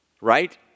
right